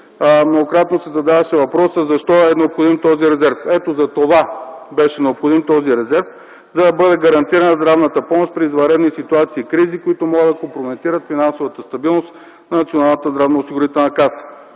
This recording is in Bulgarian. многократно се задаваше въпросът защо е необходим този резерв. Ето затова беше необходим този резерв: за да бъде гарантирана здравната помощ при извънредни ситуации и кризи, които могат да компрометират финансовата стабилност на Националната здравноосигурителна каса.